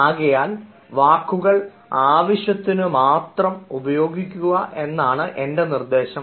ആകയാൽ വാക്കുകൾ ആവശ്യത്തിനുമാത്രം ഉപയോഗിക്കുക എന്നതാണ് എൻറെ നിർദ്ദേശം